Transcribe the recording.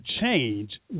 change